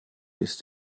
ist